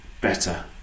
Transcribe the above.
better